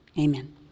amen